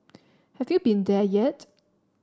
have you been there yet